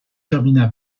termina